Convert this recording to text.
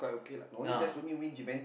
uh